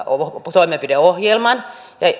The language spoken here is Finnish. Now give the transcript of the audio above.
toimenpideohjelman